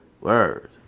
Word